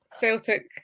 Celtic